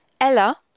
Ella